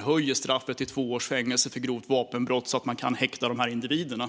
höjning av straffet för grovt vapenbrott till två års fängelse, så att man kan häkta dessa individer.